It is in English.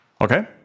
Okay